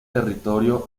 territorio